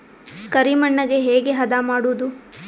ಕರಿ ಮಣ್ಣಗೆ ಹೇಗೆ ಹದಾ ಮಾಡುದು?